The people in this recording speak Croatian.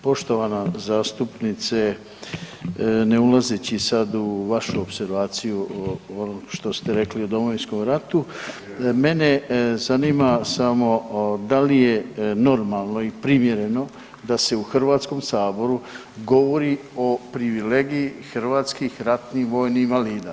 Poštovana zastupnice ne ulazeći sad u vašu opservaciju o ovom što ste rekli o Domovinskom ratu, mene zanima samo da li je normalno i primjereno da se u Hrvatskom saboru govori o privilegiji hrvatskih ratnih vojnih invalida.